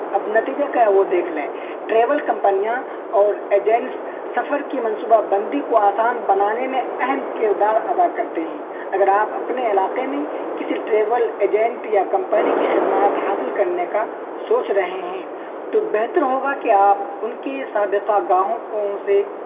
اب نتیجہ کیا ہے وہ دیکھ لیں ٹریول کمپنیاں اور ایجنٹس سفر کی منصوبہ بندی کو آسان بنانے میں اہم کردار ادا کرتے ہیں اگر آپ اپنے علاقے میں کسی ٹریول ایجنٹ یا کمپنی کی خدمات حاصل کرنے کا سوچ رہے ہیں تو بہتر ہوگا کہ آپ ان کی سابقہ گاہکوں سے